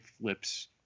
flips